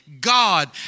God